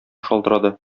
шалтырады